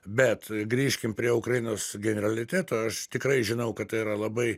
bet grįžkim prie ukrainos generaliteto aš tikrai žinau kad tai yra labai